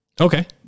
Okay